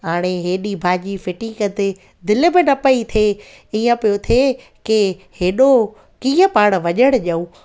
हाणे हेॾी भाॼी फिटी कंदे दिलि बि न पेई थिए ईअं पियो थिए की हेॾो कीअं पाण वञणु ॾियूं